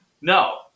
No